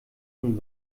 von